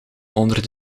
onder